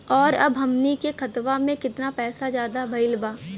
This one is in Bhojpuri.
और अब हमनी के खतावा में कितना पैसा ज्यादा भईल बा?